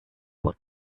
what